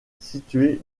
située